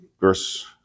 verse